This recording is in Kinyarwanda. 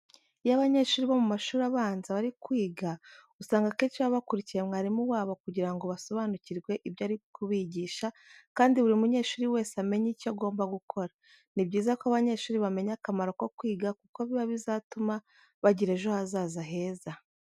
Iyo abanyeshuri bo mu mashuri abanza bari kwiga usanga akenshi baba bakurikiye mwarimu wabo kugira ngo basobanukirwe ibyo ari kubigisha kandi buri munyeshuri wese amenye icyo agomba gukora. Ni byiza ko abanyeshuri bamenya akamaro ko kwiga kuko biba bizatuma bagira ejo hazaza heza.